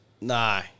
No